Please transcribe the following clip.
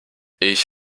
ich